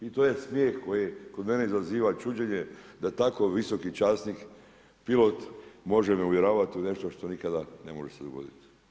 I to je smijeh koji kod mene izaziva čuđenje da tako visoki časnik pilot može me uvjeravati u nešto što nikada ne može se dogoditi.